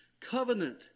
covenant